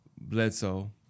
Bledsoe